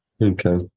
Okay